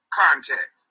contact